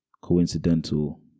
coincidental